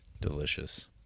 Delicious